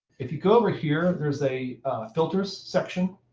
if you go over here, there's a filters section.